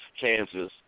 Kansas